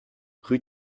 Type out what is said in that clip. rue